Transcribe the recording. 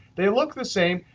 they look the same,